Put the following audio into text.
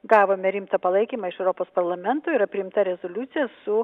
gavome rimtą palaikymą iš europos parlamento yra priimta rezoliucija su